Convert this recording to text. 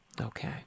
okay